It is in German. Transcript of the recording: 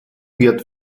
wird